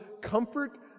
comfort